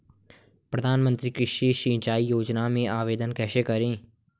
प्रधानमंत्री कृषि सिंचाई योजना में आवेदन कैसे करें?